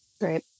Great